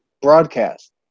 broadcast